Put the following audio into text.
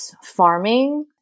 farming